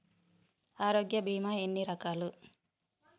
ఆరోగ్య బీమా ఎన్ని రకాలు?